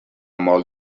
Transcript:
mort